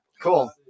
Cool